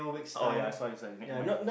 oh ya sorry sorry make my